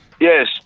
Yes